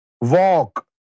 walk